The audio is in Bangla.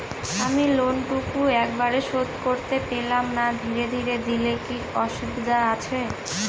আমি লোনটুকু একবারে শোধ করতে পেলাম না ধীরে ধীরে দিলে কি অসুবিধে আছে?